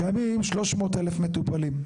קיימים 300,000 מטופלים.